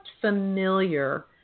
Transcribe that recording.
familiar